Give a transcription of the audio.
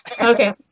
Okay